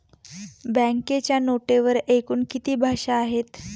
बँकेच्या नोटेवर एकूण किती भाषा आहेत?